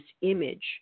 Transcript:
image